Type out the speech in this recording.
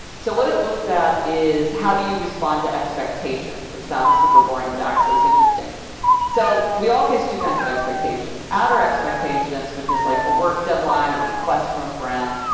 so what it looks at is how do you respond to expectations, which sounds super boring, but, actually, it's interesting so we all face two kinds of expectations, outer expectations, which is like a work deadline or a request from a friend,